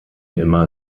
immer